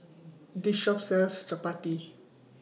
This Shop sells Chapati